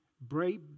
brave